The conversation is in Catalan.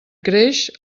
creix